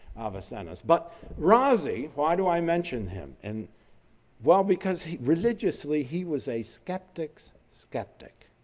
avicenna's. but razi, why do i mention him? and well, because he religiously, he was a skeptics skeptic.